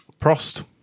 prost